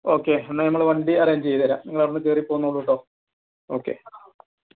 okay എന്നാൽ നമ്മൾ വണ്ടി അറേഞ്ച് ചെയ്തുതരാം നിങ്ങളവിടെനിന്ന് കയറി പോന്നോളൂ കേട്ടോ ഓക്കേ